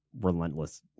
relentless